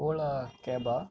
Ola கேபா